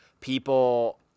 people